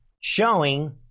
showing